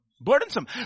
burdensome